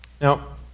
Now